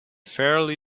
fairly